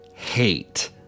hate